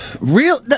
Real